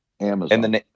Amazon